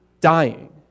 dying